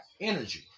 energy